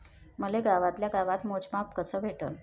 मले गावातल्या गावात मोजमाप कस भेटन?